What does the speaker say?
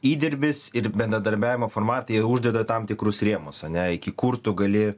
įdirbis ir bendradarbiavimo formatai jie uždeda tam tikrus rėmus ane iki kur tu gali